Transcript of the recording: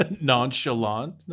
nonchalant